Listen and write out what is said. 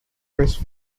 pressed